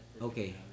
okay